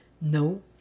No